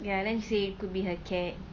ya then she say it could be her cat